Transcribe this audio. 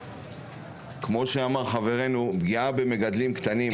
כמו שאמר חברנו לגבי פגיעה במגדלים קטנים,